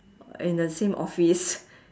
in the same office